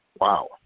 Wow